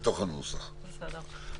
ובסוף נגיע למשהו מתוקן.